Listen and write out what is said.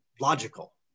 logical